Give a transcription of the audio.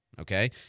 okay